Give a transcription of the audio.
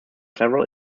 several